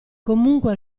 comunque